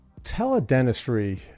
Teledentistry